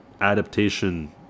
adaptation